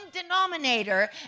denominator